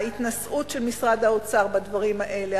ההתנשאות של משרד האוצר בדברים האלה,